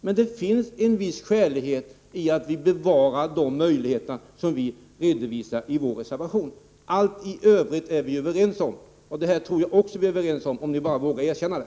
Men det ligger en viss skälighet i att bevara de möjligheter som vi redovisar i vår reservation. Allt i övrigt är vi överens om. Och jag tror att vi är överens också om detta, om vi bara vågar erkänna det.